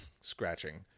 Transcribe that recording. scratching